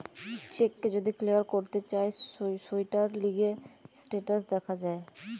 check কে যদি clear করতে চায় সৌটার লিগে স্টেটাস দেখা যায়